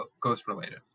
ghost-related